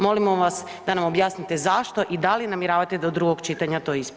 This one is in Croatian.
Molimo vas da nam objasnite zašto i da li namjeravate do drugog čitanja to ispraviti?